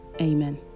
Amen